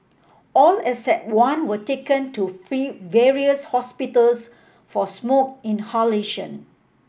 all except one were taken to various hospitals for smoke inhalation